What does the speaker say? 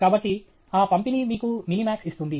కాబట్టి ఆ పంపిణీ మీకు మినిమాక్స్ ఇస్తుంది